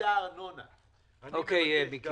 אוקיי, מיקי.